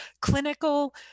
clinical